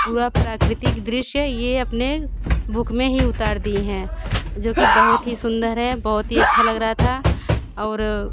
पूरा प्राकृतिक दृश्य ये अपने बुक में ही उतार दी हैं जोकि बहुत ही सुन्दर है बहुत ही अच्छा लग रहा था और